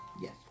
Yes